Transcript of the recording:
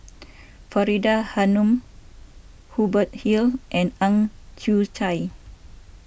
Faridah Hanum Hubert Hill and Ang Chwee Chai